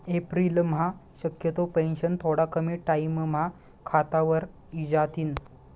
एप्रिलम्हा शक्यतो पेंशन थोडा कमी टाईमम्हा खातावर इजातीन